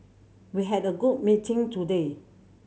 we had a good meeting today